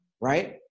right